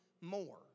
more